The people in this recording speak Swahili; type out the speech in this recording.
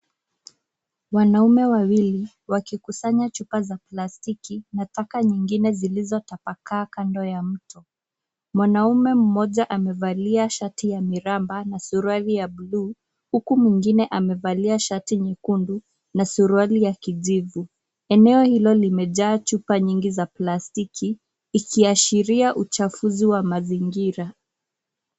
Wanaume wawili wakikusanya chupa za plastiki na taka nyingine zilizotapakaa kando ya mto. Mwanaume mmoja amevalia shati ya miraba na suruali ya bluu, huku mwingine amevalia shati nyekundu na suruali ya kijivu. Eneo hilo limejaa chupa nyingi za plastiki ikiashiria uchafuzi wa mazingira.